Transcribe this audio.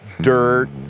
dirt